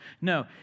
No